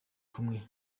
kumwe